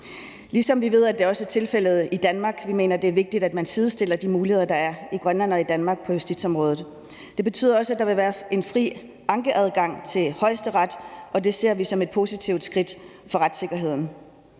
ligesom vi også ved at det er tilfældet i Danmark. Vi mener, at det er vigtigt, at man sidestiller de muligheder, der er i Grønland og i Danmark på justitsområdet. Det betyder også, at der vil være en fri ankeadgang til Højesteret, og det ser vi som et positivt skridt for retssikkerheden.